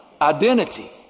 Identity